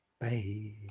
bye